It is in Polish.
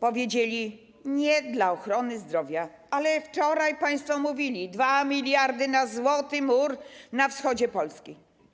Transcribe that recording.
powiedzieli nie dla ochrony zdrowia, ale wczoraj państwo mówili: 2 mld na złoty mur na wchodzie Polski.